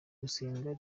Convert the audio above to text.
gusenga